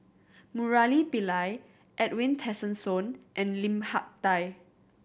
Murali Pillai Edwin Tessensohn and Lim Hak Tai